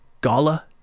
Gala